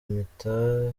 imitahe